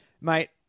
Mate